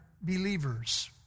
believers